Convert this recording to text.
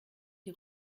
die